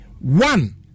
One